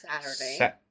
Saturday